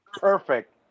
Perfect